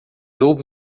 houve